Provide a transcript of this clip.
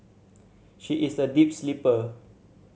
she is a deep sleeper